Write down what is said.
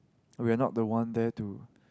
we are not the one there to